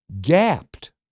gapped